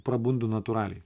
prabundu natūraliai